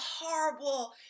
horrible